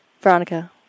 Veronica